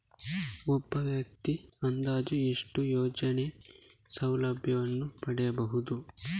ಒಬ್ಬ ವ್ಯಕ್ತಿಯು ಅಂದಾಜು ಎಷ್ಟು ಯೋಜನೆಯ ಸೌಲಭ್ಯವನ್ನು ಪಡೆಯಬಹುದು?